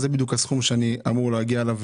זה בדיוק הסכום שאני אמור להגיע אליו,